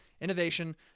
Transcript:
innovation